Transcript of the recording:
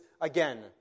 again